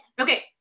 Okay